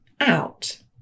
out